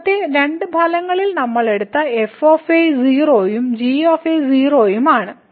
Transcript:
മുമ്പത്തെ രണ്ട് ഫലങ്ങളിൽ നമ്മൾ എടുത്തത് f 0 ഉം g 0 ഉം ആണ്